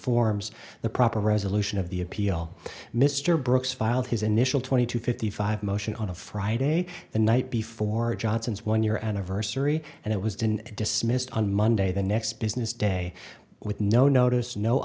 informs the proper resolution of the appeal mr brooks filed his initial twenty two fifty five motion on a friday the night before johnson's one year anniversary and it was dismissed on monday the next business day with no notice no